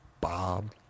Bob